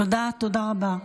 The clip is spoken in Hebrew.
תודה רבה.